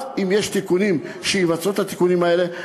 אם יש תיקונים, עד שיבצעו את התיקונים האלה.